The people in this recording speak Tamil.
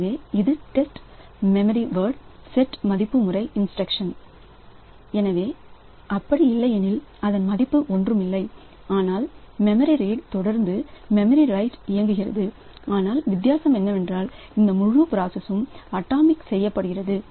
எனவே இது டெஸ்ட் மெமரிவேர்ட் செட் மதிப்பு முறை இன்ஸ்டிரக்ஷன் எனவே அப்படி இல்லையெனில் அதன் மதிப்பு ஒன்றுமில்ல ஆனால் மெமரி ரீட் தொடர்ந்து மெமரி ரைட் இயங்குகிறது ஆனால் வித்தியாசம் என்னவென்றால் இந்த முழு பிராசஸ் அட்டாமிக் செய்யப்படுகிறது